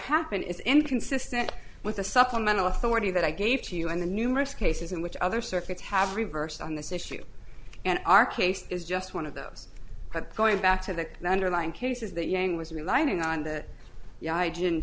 happened is inconsistent with the supplemental authority that i gave to you and the numerous cases in which other circuits have reversed on this issue and our case is just one of those but going back to the underlying cases that yang was relying on the yeah i didn't